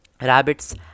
Rabbits